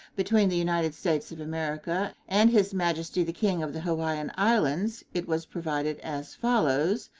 between the united states of america and his majesty the king of the hawaiian islands it was provided as follows,